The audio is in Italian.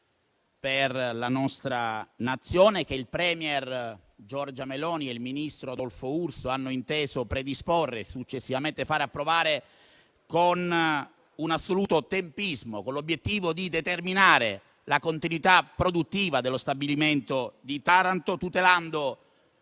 per la nostra nazione, che il *premier* Giorgia Meloni e il ministro Adolfo Urso hanno inteso predisporre e successivamente fare approvare con un assoluto tempismo, con l'obiettivo di determinare la continuità produttiva dello stabilimento di Taranto, tutelando,